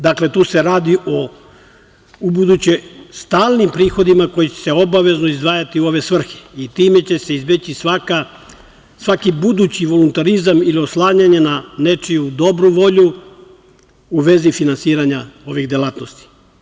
Dakle, tu se radi o ubuduće stalnim prihodima koji će se obavezno izdvajati u ove svrhe i time će se izbeći svaki budući voluntarizam ili oslanjanje na nečiju dobru volju u vezi finansiranja ovih delatnosti.